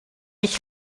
ich